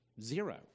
zero